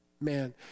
man